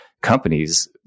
companies